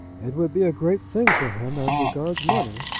it would be a great thing for him as regards money.